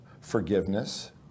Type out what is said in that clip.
forgiveness